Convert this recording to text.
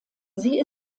sie